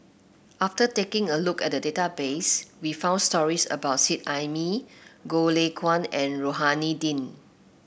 after taking a look at the database we found stories about Seet Ai Mee Goh Lay Kuan and Rohani Din